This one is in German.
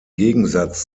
gegensatz